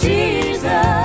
Jesus